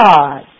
God